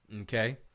Okay